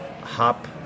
hop